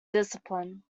discipline